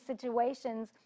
situations